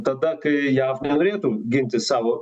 tada kai jav nenorėtų ginti savo